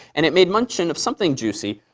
and it made mention of something juicy,